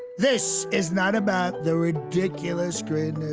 this is not about the ridiculous greed.